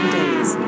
days